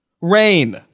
Rain